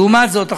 לעומת זאת,